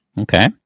Okay